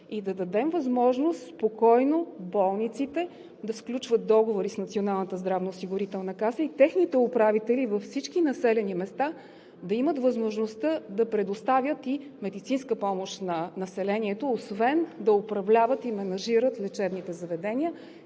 и да дадем възможност спокойно болниците да сключват договори с Националната здравноосигурителна каса и техните управители във всички населени места да имат възможността да предоставят и медицинска помощ на населението, освен да управляват и менажират лечебните заведения.